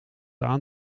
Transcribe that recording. aan